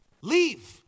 leave